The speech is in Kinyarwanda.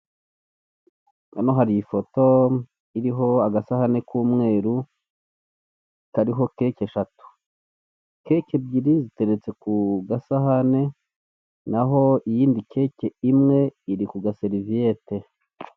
Hano hari ifoto iriho agasahane k'umweru, kariho keke eshatu. Keke ebyiri ziteretse ku gasahane naho iyindi keke imwe iri ku gasereviyete.